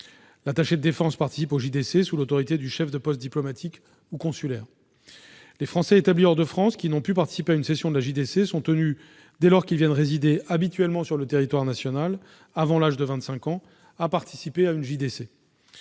L'attaché de défense participe aux JDC sous l'autorité du chef de poste diplomatique ou consulaire. Les Français établis hors de France qui n'ont pu participer à une session de la JDC sont tenus, dès lors qu'ils viennent résider habituellement sur le territoire national avant l'âge de 25 ans, de participer à une JDC.